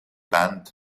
band